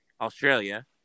Australia